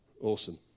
Awesome